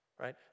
Right